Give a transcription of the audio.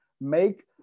make